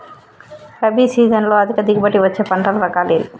రబీ సీజన్లో అధిక దిగుబడి వచ్చే పంటల రకాలు ఏవి?